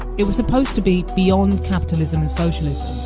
it was supposed to be beyond capitalism and socialism,